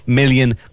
million